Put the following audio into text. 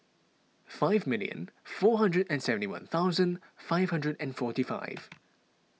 five million four hundred and seventy one thousand five hundred and forty five